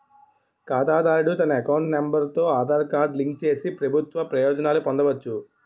ఖాతాదారుడు తన account number తో ఆధార్ కార్డు లింక్ చేసి ప్రభుత్వ ప్రయోజనాలు పొందవచ్చు